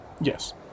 Yes